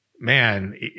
Man